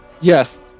Yes